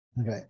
Okay